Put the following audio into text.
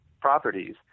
properties